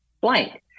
blank